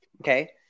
okay